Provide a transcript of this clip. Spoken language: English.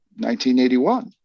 1981